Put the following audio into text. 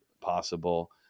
possible